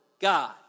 God